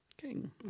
King